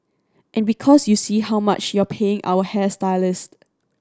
and because you see how much you're paying your hairstylist